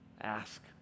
Ask